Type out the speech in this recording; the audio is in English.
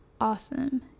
awesome